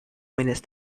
manage